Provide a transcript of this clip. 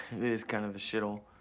it is kind of a shithole.